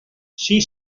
she